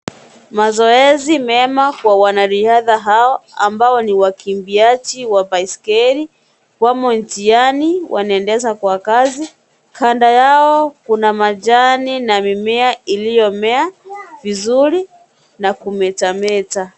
Mazoezi mema kwa wanariadha hawa, ambao ni wakimbiaji wa baiskeli. Wamo njiani. Wanaendesha kwa kasi. Kando yao, kuna majani na mimea iliyomea vizuri na kumetameta.